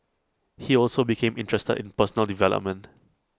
he also became interested in personal development